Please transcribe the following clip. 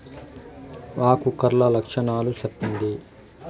ఆకు కర్ల లక్షణాలు సెప్పండి